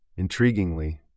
Intriguingly